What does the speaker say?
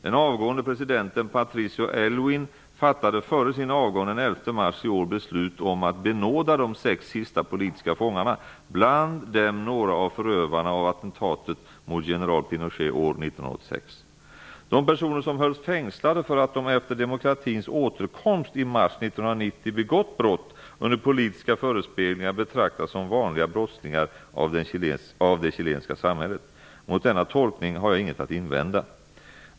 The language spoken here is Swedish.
Den avgående presidenten Patricio Aylwin fattade före sin avgång den 11 mars i år beslut om att benåda de sex sista politiska fångarna -- bland dem några av förövarna av attentatet mot general De personer som hölls fängslade för att de efter demokratins återkomst i mars 1990 begått brott under politiska förespeglingar betraktas som vanliga brottslingar av det chilenska samhället. Mot denna tolkning har jag inget att invända.